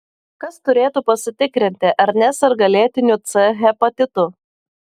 kas turėtų pasitikrinti ar neserga lėtiniu c hepatitu